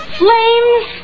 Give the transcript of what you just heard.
flames